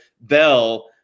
Bell